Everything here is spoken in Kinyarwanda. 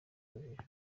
urujijo